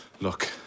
Look